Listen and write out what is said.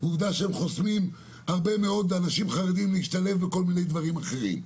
ועובדה שהם חוסמים הרבה מאוד אנשים חרדים מלהשתלב בכל מיני דברים אחרים.